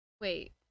Wait